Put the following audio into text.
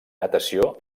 natació